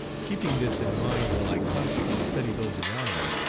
keeping this in mind while i constantly study those around me,